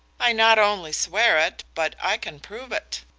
i not only swear it but i can prove it,